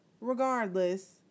regardless